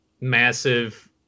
massive